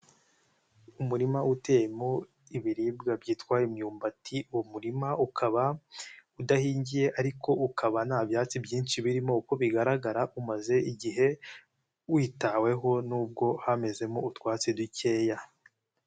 Umurima uteyemo ibiribwa byitwa imyumbati, uwo murima ukaba udahingiye ariko ukaba nta byatsi byinshi birimo, uko bigaragara umaze igihe witaweho n'ubwo hamezemo utwatsi dukeya.